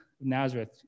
Nazareth